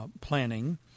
planning